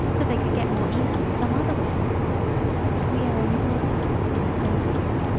that they could get more easily some other way but we are only horses, and don't know.